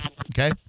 Okay